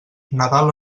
nadal